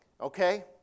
okay